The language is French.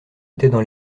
étaient